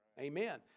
Amen